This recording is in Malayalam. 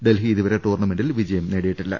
ഡൽഹി ഇതുവരെ ടൂർണ മെന്റിൽ വിജയം നേടിയിട്ടില്ല